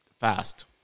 fast